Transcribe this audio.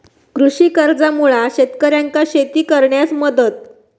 कृषी कर्जामुळा शेतकऱ्यांका शेती करण्यास मदत